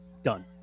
done